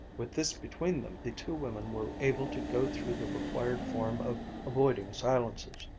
with this between them, the two women were able to go through the required form of avoiding silences.